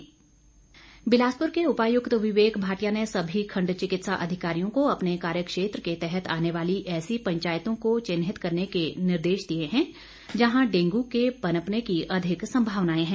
dengue Bilaspur के उपायुक्त विवेक भाटिया ने सभी खंड चिकित्सा अधिकारियों को अपने कार्यक्षेत्र के तहत आने वाली ऐसी पंचायतों को चिन्हित करने के निर्देश दिए है जहां डेंगू के पनपने की अधिक संभावनाएं हैं